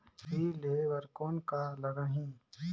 ऋण लेहे बर कौन का लगही?